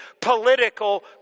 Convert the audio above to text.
political